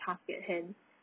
task at hand